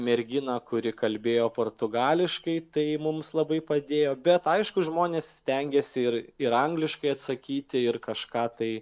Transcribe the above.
merginą kuri kalbėjo portugališkai tai mums labai padėjo bet aišku žmonės stengėsi ir ir angliškai atsakyti ir kažką tai